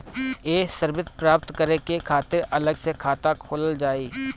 ये सर्विस प्राप्त करे के खातिर अलग से खाता खोलल जाइ?